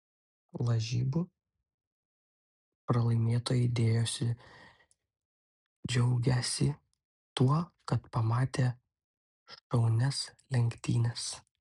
lažybų pralaimėtojai dėjosi džiaugiąsi tuo kad pamatė šaunias lenktynes